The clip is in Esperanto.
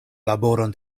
laboron